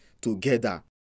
together